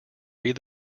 read